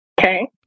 Okay